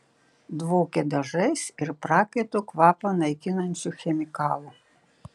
dvokė dažais ir prakaito kvapą naikinančiu chemikalu